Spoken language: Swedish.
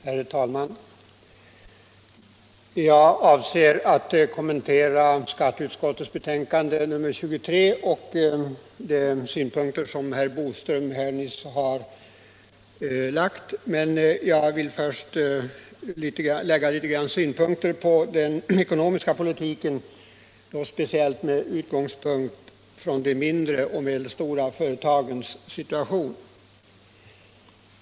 Herr talman! Jag avser att kommentera skatteutskottets betänkande nr 23 och de synpunkter som herr Boström nyss har framfört, men jag vill först något beröra frågan om den ekonomiska politiken med utgångspunkt i de mindre och medelstora företagens situation.